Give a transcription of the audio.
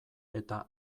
eta